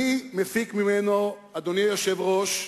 אני מפיק ממנו, אדוני היושב-ראש,